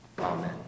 Amen